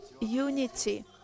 unity